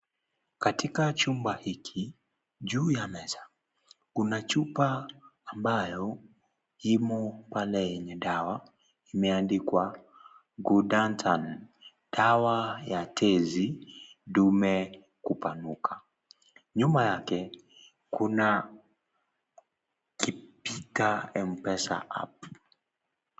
Katika chumba hiki, juu ya meza kuna chupa ambayo imo pale yenye dawa imeandikwa cudan tan dawa ya tezi, dume kupanuka. Nyuma yake kuna MPESA app.